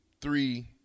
three